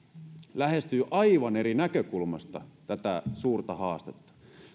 lähestyy aivan eri näkökulmasta tätä suurta haastetta